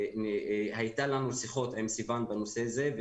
היו לנו שיחות עם סיון בנושא זה.